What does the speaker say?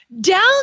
Down